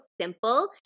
simple